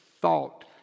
thought